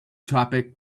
topic